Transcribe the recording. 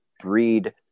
breed